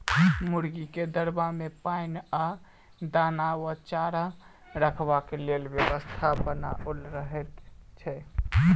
मुर्गीक दरबा मे पाइन आ दाना वा चारा रखबाक लेल व्यवस्था बनाओल रहैत छै